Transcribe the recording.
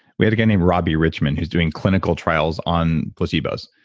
we had a guy named robbie richmond who's doing clinical trials on placebos.